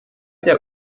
der